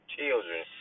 children